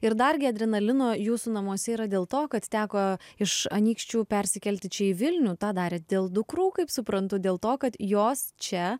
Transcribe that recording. ir dargi adrenalino jūsų namuose yra dėl to kad teko iš anykščių persikelti čia į vilnių tą darėt dėl dukrų kaip suprantu dėl to kad jos čia